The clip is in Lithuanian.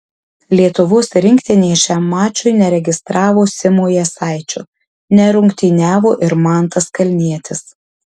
lietuvos rinktinė šiam mačui neregistravo simo jasaičio nerungtyniavo ir mantas kalnietis